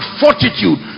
fortitude